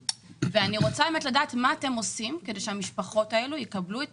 אני רוצה באמת לדעת מה אתם עושים כדי שהמשפחות האלו יקבלו את